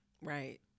right